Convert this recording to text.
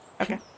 Okay